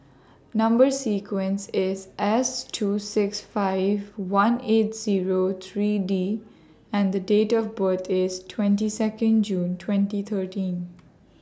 Number sequence IS S two six five one eight Zero three D and The Date of birth IS twenty Second June twenty thirteen